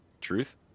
Truth